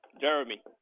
Jeremy